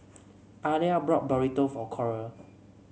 Ellar bought Burrito for Coral